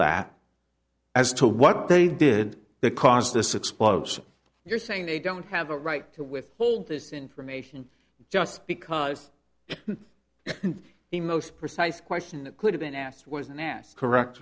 that as to what they did that caused this explosion you're saying they don't have a right to withhold this information just because the most precise question it could have been asked was an ass correct